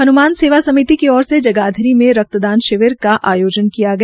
हन्मान सेवा समिति की ओर से जगाधरी मे रक्तदान शिविर का आयोजन किया गया